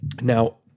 Now